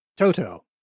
Toto